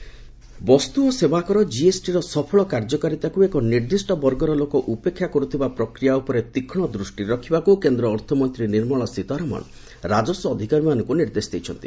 ସୀତାରମଣ କୋଲକାତା ବସ୍ତୁ ଓ ସେବା କର ଜିଏସ୍ଟିର ସଫଳ କାର୍ଯ୍ୟକାରୀତାକୁ ଏକ ନିର୍ଦ୍ଦିଷ୍ଟ ବର୍ଗର ଲୋକ ଉପେକ୍ଷା କରୁଥିବା ପ୍ରକ୍ରିୟା ଉପରେ ତୀକ୍ଷ୍ଣ ଦୃଷ୍ଟି ରଖିବାକୁ କେନ୍ଦ୍ର ଅର୍ଥମନ୍ତ୍ରୀ ନିର୍ମଳା ସୀତାରମଣ ରାଜସ୍ୱ ଅଧିକାରୀମାନଙ୍କୁ ନିର୍ଦ୍ଦେଶ ଦେଇଛନ୍ତି